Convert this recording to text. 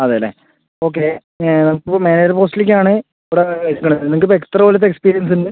അതെ അല്ലെ ഓക്കെ നമുക്ക് ഇപ്പോൾ മാനേജർ പോസ്റ്റിലേക്ക് ആണ് ഇവിടെ എത്തണത് നിങ്ങൾക്ക് ഇപ്പോൾ എത്ര കൊല്ലത്തെ എക്സ്പീരിയൻസ് ഉണ്ട്